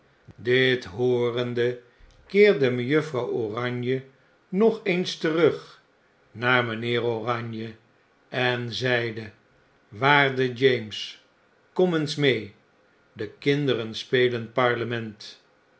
dit hoorende keerde mejuffrouw oranje nog eens terug naar mgnheer oranje en zei waarde james kom eens mee de kinderen spelen parlement